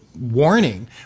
warning